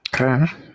okay